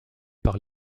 par